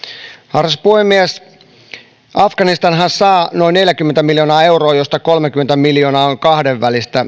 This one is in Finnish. arvoisa puhemies afganistanhan saa noin neljäkymmentä miljoonaa euroa joista kolmekymmentä miljoonaa on kahdenvälistä